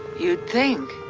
you'd think.